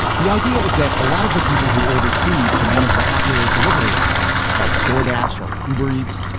the idea is that a lot of the people who order food from one of the popular delivery apps like door dash or uber eats,